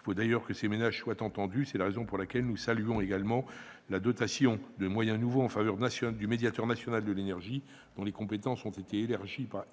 Il faut d'ailleurs que ces ménages soient entendus, c'est la raison pour laquelle nous saluons la dotation de nouveaux moyens en faveur du Médiateur national de l'énergie, dont les compétences ont été